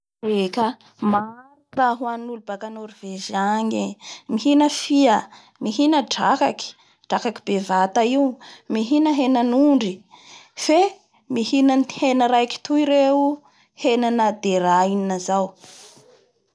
Da anisany soa sakafo ny olo a Norvezy agny da itoy zany ny anaran'ny hanindreo agny misy ny antoandreo hoe faricale, misy ny le ragou d-oignaux norvegien.